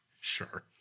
Sure